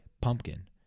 pumpkin